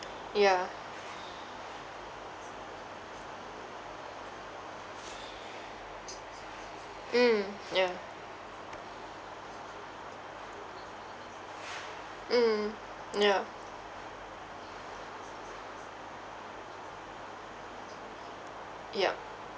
ya mm ya mm ya yup